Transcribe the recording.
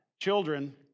Children